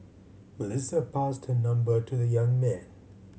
Melissa passed her number to the young man